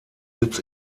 sitz